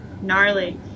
gnarly